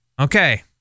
Okay